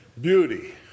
beauty